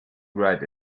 write